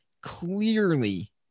clearly